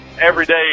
everyday